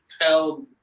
tell